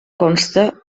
consta